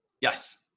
Yes